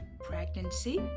pregnancy